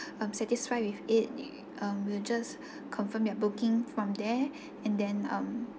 um satisfied with it um we will just confirm your booking from there and then um